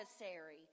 adversary